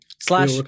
slash